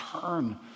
turn